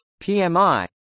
PMI